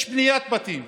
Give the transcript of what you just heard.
יש בניית בתים.